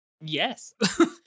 Yes